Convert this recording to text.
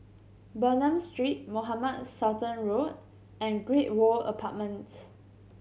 Bernam Street Mohamed Sultan Road and Great World Apartments